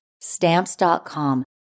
stamps.com